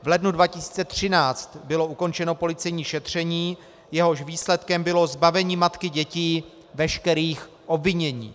V lednu 2013 bylo ukončeno policejní šetření, jehož výsledkem bylo zbavení matky dětí veškerých obvinění.